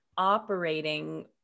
operating